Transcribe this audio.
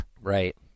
Right